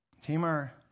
Timur